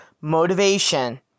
motivation